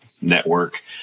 network